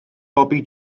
bobi